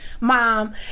mom